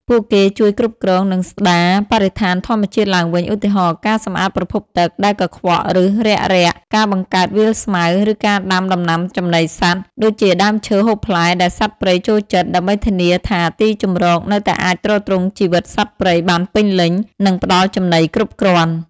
ពួកគេជួយគ្រប់គ្រង និងស្ដារបរិស្ថានធម្មជាតិឡើងវិញ ឧទាហរណ៍ ការ សម្អាតប្រភពទឹក ដែលកខ្វក់ ឬរាក់រាក់ ការបង្កើតវាលស្មៅ ឬការដាំដំណាំចំណីសត្វ ដូចជាដើមឈើហូបផ្លែដែលសត្វព្រៃចូលចិត្ត ដើម្បីធានាថាទីជម្រកនៅតែអាចទ្រទ្រង់ជីវិតសត្វព្រៃបានពេញលេញ និងផ្ដល់ចំណីគ្រប់គ្រាន់។